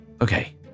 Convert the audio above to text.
Okay